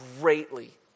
greatly